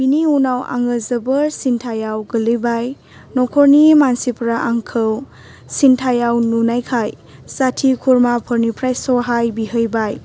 बेनि उनाव आङो जोबोर सिन्थायाव गोलैबाय न'खरनि मानसिफोरा आंखौ सिन्थायाव नुनायखाय जाथि खुरमाफोरनिफ्राय सहाय बिहैबाय